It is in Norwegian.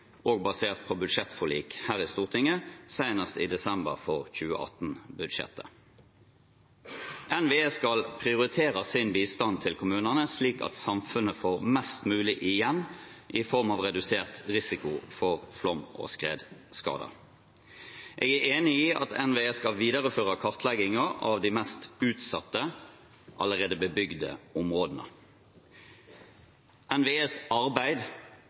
basert på budsjettforlik her i Stortinget, senest i desember for 2018-budsjettet. NVE skal prioritere sin bistand til kommunene slik at samfunnet får mest mulig igjen i form av redusert risiko for flom- og skredskader. Jeg er enig i at NVE skal videreføre kartleggingen av de mest utsatte, allerede bebygde områdene. NVEs arbeid